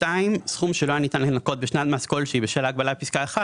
(2)סכום שלא היה ניתן לנכות בשנת מס כלשהי בשל ההגבלה בפסקה (1),